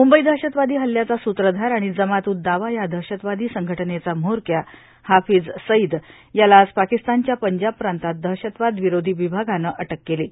मुंबई दहशतवादी हल्याचा सुत्रधार आणि जमात उद दवा या दहशतवादी संघटनेचा म्होरक्या हाफिज सईद याला आज पाकिस्तानच्या पंजाब प्रांतात दहशतवादी विरोधी विभागाने अटक केली आहे